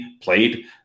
played